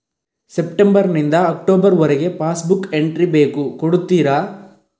September ನಿಂದ October ವರಗೆ passbook entry ಬೇಕು ಕೊಡುತ್ತೀರಾ?